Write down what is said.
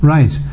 Right